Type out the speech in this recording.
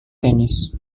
tenis